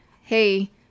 hey